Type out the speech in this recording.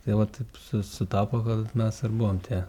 tai va taip su sutapo kad vat mes ir buvom tie